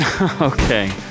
Okay